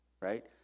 right